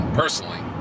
personally